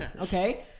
Okay